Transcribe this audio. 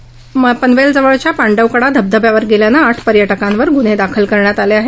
मनाई आदेश धुडकावून पनवेलजवळच्या पांडवकडा धबधब्यावर गेल्यानं आठ पर्यटकांवर गुन्हे दाखल करण्यात आले आहेत